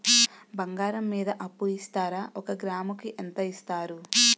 బంగారం మీద అప్పు ఇస్తారా? ఒక గ్రాము కి ఎంత ఇస్తారు?